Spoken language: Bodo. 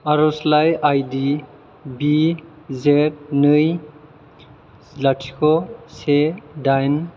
आर'जलाइ आइडि बि जेट नै लाथिख' से दाइन